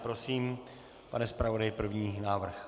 Prosím, pane zpravodaji, první návrh.